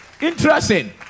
Interesting